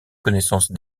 connaissance